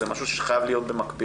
זה משהו שחייב להיות במקביל.